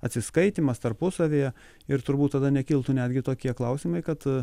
atsiskaitymas tarpusavyje ir turbūt tada nekiltų netgi tokie klausimai kad